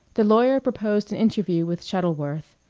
the lawyer proposed an interview with shuttleworth,